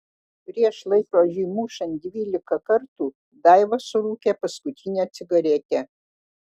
prieš laikrodžiui mušant dvylika kartų daiva surūkė paskutinę cigaretę